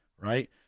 right